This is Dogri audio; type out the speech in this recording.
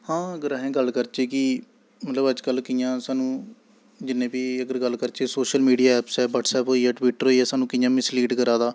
हां अगर अस गल्ल करचै कि मतलब अजकल्ल कि'यां सानूं जिन्ने बी अगर गल्ल करचै सोशल मीडिया ऐप्स ऐ ब्हटसैप होई गेआ ट्वीटर होई गेआ सानूं कि'यां मिसलीड करा दा